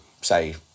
say